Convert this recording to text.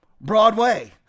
Broadway